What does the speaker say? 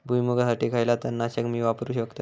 भुईमुगासाठी खयला तण नाशक मी वापरू शकतय?